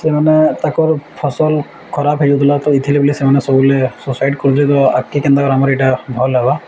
ସେମାନେ ତାଙ୍କର ଫସଲ ଖରାପ ହେଇଯାଉଥିଲା ତ ଏଇଥିରେ ବେଲେ ସେମାନେ ସବୁବେଳେ ସୁଇସାଇଡ଼୍ କରୁଥିଲେ ଆକି କେନ୍ତା କରି ଏଇଟା ଭଲ ହେବା